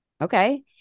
okay